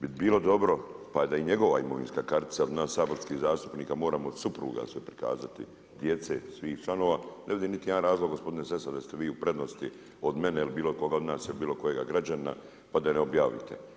bi bilo dobro pa da i njegova imovinska kartica, u nas saborskih zastupnika moramo od supruga prikazat, djece, svih članova, ne vidim niti jedan razlog gospodine Sessa, da ste vi u prednosti od mene ili bilo koga od nas ili bilo kojega građanina pa da je ne objavite.